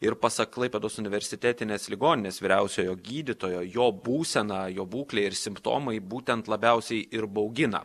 ir pasak klaipėdos universitetinės ligoninės vyriausiojo gydytojo jo būsena jo būklė ir simptomai būtent labiausiai ir baugina